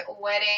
wedding